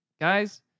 guys